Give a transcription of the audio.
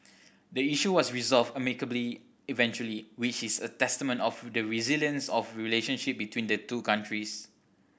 the issue was resolved amicably eventually which is a testament of the resilience of relationship between the two countries